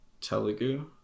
Telugu